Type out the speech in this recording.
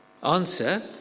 answer